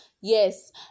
Yes